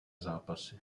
zápasy